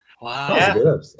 wow